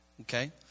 Okay